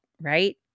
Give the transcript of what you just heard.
right